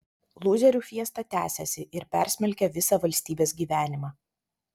lūzerių fiesta tęsiasi ir persmelkia visą valstybės gyvenimą